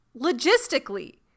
Logistically